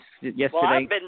yesterday